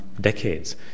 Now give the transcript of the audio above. decades